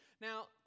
Now